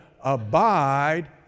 abide